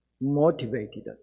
motivated